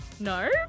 No